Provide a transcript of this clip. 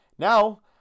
Now